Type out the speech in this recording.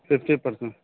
fifty percent